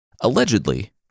Allegedly